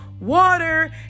water